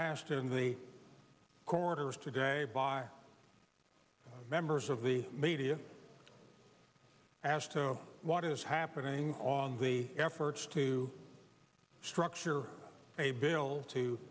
asked in the corridors today by members of the media as to what is happening on the efforts to structure a bill to